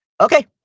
Okay